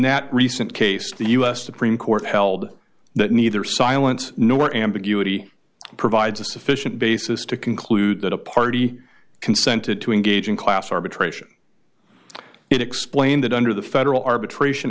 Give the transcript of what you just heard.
that recent case the us supreme court held that neither silence nor ambiguity provides a sufficient basis to conclude that a party consented to engage in class arbitration explain that under the federal arbitration